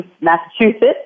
Massachusetts